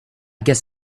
guess